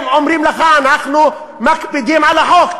הם אומרים לך: אנחנו מקפידים על החוק,